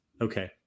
okay